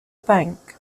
bank